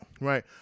Right